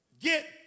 Get